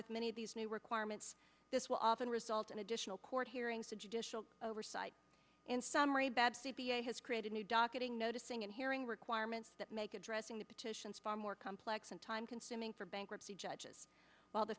with many of these new requirements this will often result in additional court hearings to judicial oversight in summary bad c b i has created new docketing noticing and hearing requirements that make addressing the petitions far more complex and time consuming for bankruptcy judges while the